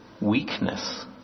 weakness